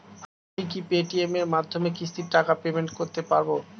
আমি কি Paytm এর মাধ্যমে কিস্তির টাকা পেমেন্ট করতে পারব?